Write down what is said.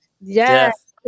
Yes